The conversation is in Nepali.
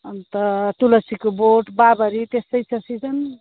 अन्त तुलसीको बोट बाबरी त्यस्तै छ सिजन